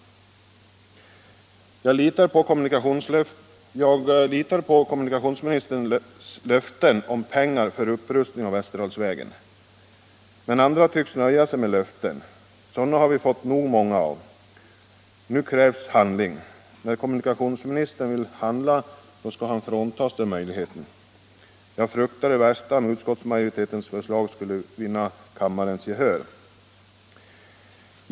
Jag litar på kommunikationsministerns löfte om pengar för upprustning av Västerdalsvägen. Andra tycks nöja sig med löften utan handling. Löften har vi fått nog många, nu krävs handling. Men när kommunikationsministern vill handla då skall han fråntas den möjligheten! Jag fruktar det värsta om utskottsmajoritetens förslag skulle vinna kammarens gehör.